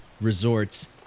resorts